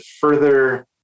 further